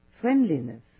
friendliness